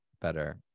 better